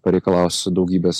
pareikalaus daugybės